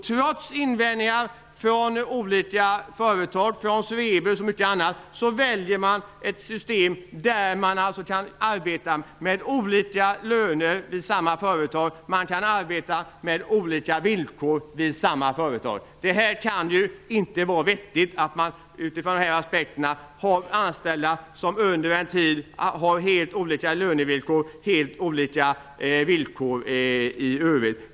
Trots invändningar från olika företag väljer man ett system där man kan arbeta med olika löner vid samma företag. Man kan arbeta med olika villkor vid samma företag. Det kan inte vara vettigt att ha anställda som under en tid har helt olika lönevillkor och helt olika villkor i övrigt.